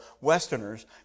Westerners